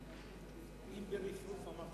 לסדר-היום מס'